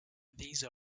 these